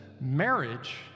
marriage